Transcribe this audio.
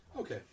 Okay